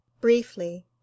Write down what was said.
Briefly